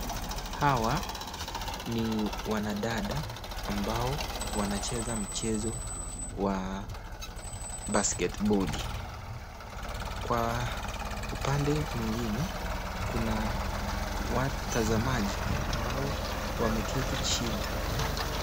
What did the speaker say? Hawa ni wanadada, amabo wanacheza mchezo wa basket ball , upande mwingine kuna watazamaji ambao wameketi chini.